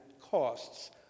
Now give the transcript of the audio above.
costs